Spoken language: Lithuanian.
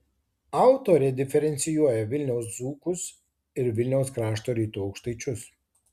autorė diferencijuoja vilniaus dzūkus ir vilniaus krašto rytų aukštaičius